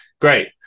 great